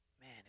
man